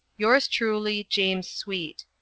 yours truly james sweet.